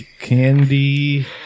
Candy